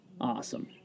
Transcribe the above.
Awesome